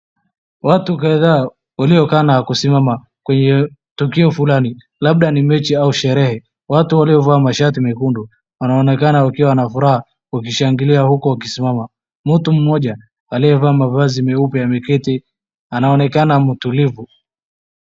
Watu kadhaa waliokaa na kusimama kwenye tukio fulani, labda ni mechi au sherehe. Watu waliovaa mashati mekundu wanaonekana wakiwa na furaha wakishangilia huku wakisimama. Mtu mmoja aliyevaa mavazi meupe ameketi, anaonekana mtulivu.